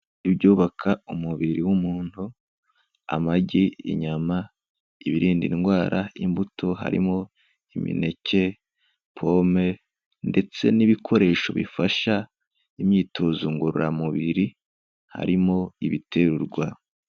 Ibyubaka umubiri w'umuntu, amagi, inyama, ibirinda indwara, imbuto, harimo imineke, pome ndetse n'ibikoresho bifasha imyitozo ngorora mubiri harimo ibiterurwa.